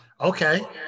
Okay